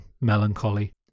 melancholy